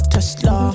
Tesla